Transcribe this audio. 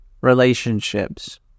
relationships